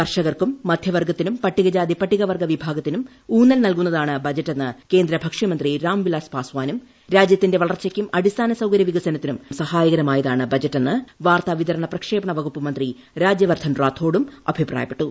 കർഷകർക്കും മധ്യവർഗ്ഗത്തിനും പട്ടികജാതി പട്ടികവർഗ്ഗവിഭാഗത്തിനും ഊന്നൽ നൽകുന്നതാണ് ബജറ്റെന്ന് കേന്ദ്ര ഭക്ഷ്യമന്ത്രി രാംവിലാസ് പാസ്വാനും രാജ്യത്തിന്റെ വളർച്ചയ്ക്കും അടിസ്ഥാന സൌകര്യ വികസനത്തിനും സഹായകരമായതാണ് ബജറ്റെന്ന് വാർത്താവിതരണപ്രക്ഷേപണ മന്ത്രി രാജ്യവർദ്ധൻ റാത്തോഡും അഭിപ്രായപ്പെട്ടു